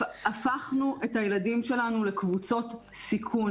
הפכנו את הילדים שלנו לקבוצות סיכון.